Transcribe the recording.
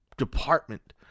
department